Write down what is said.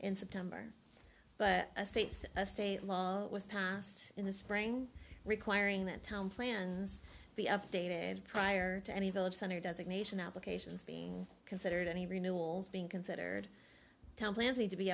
in september but states a state law was passed in the spring requiring that town plans be updated prior to any village center designation applications being considered any renewals being considered time plans need to be